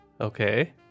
okay।